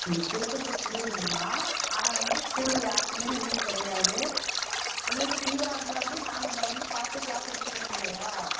நீங்க கேட்கறது புரியுதுங்கமா ஆனால் வந்து ஸ்கூலில் யாருக்குமே லீவ் கிடையாது பிள்ளைங்க ஃபீவராக இருந்தாலுமே நாங்கள் இங்கே வந்து பார்த்து கிளாஸ் எடுத்துக்கறோம் இல்லையா